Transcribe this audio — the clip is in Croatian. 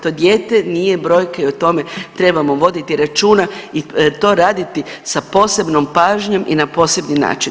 To dijete nije brojka i o tome trebamo voditi računa i to raditi sa posebnom pažnjom i na posebni način.